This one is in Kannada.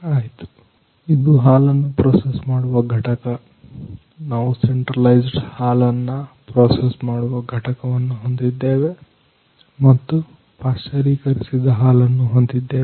ಆಯ್ತು ಇದು ಹಾಲನ್ನ ಪ್ರೋಸೆಸ್ ಮಾಡುವ ಘಟಕ ನಾವು ಸೆಂಟ್ರಲೈಸ್ಡ್ ಹಾಲನ್ನ ಪ್ರೋಸೆಸ್ ಮಾಡುವ ಘಟಕ ವನ್ನ ಹೊಂದಿದ್ದೇವೆ ಮತ್ತು ಪಾಶ್ಚರೀಕರಿಸಿದ ಹಾಲನ್ನು ಹೊಂದಿದ್ದೇವೆ